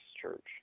church